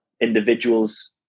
individuals